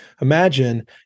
Imagine